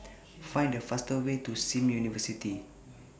Find The fastest Way to SIM University